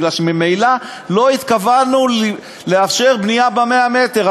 כי ממילא לא התכוונו לאפשר בנייה ב-100 מטר.